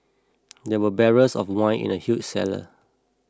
there were barrels of wine in the huge cellar